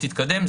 תתקדם.